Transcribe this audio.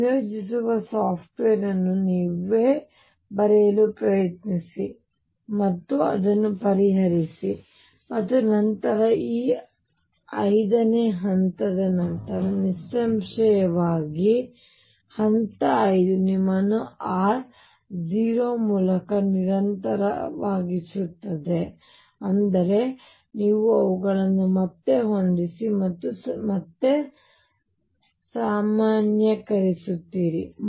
ಸಂಯೋಜಿಸುವ ಸಾಫ್ಟ್ವೇರ್ ಅನ್ನು ನೀವೇ ಬರೆಯಲು ಪ್ರಯತ್ನಿಸಿ ಮತ್ತು ಅದನ್ನು ಪರಿಹರಿಸಿ ಮತ್ತು ನಂತರ ಈ ಹಂತ 5 ರ ನಂತರ ನಿಸ್ಸಂಶಯವಾಗಿ ಹೌದು ನಂತರ ಹಂತ 5 ನಿಮ್ಮನ್ನು r 0 ಮೂಲಕ ನಿರಂತರವಾಗಿಸುತ್ತದೆ ಅಂದರೆ ನೀವು ಅವುಗಳನ್ನು ಮತ್ತೆ ಹೊಂದಿಸಿ ಮತ್ತು ಸಾಮಾನ್ಯೀಕರಿಸುತ್ತೀರಿ